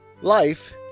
Life